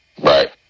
Right